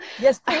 Yes